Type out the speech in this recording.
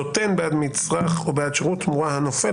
נותן בעד מצרך או בעד שירות תמורה הנופלת